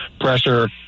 pressure